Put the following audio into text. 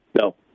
No